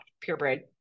purebred